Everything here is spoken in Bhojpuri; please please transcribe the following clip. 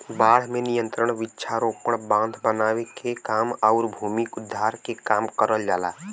बाढ़ पे नियंत्रण वृक्षारोपण, बांध बनावे के काम आउर भूमि उद्धार के काम करल जाला